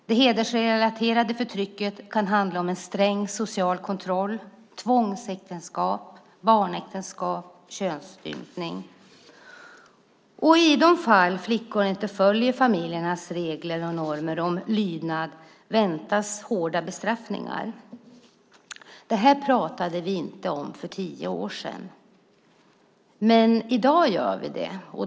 Det hedersrelaterade förtrycket kan handla om en sträng social kontroll, tvångsäktenskap, barnäktenskap och könsstympning. I de fall flickor inte följer familjernas regler och normer om lydnad väntas hårda bestraffningar. Det talade vi inte om för tio år sedan. Men i dag gör vi det.